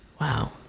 Wow